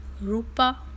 rupa